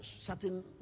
Certain